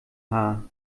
haar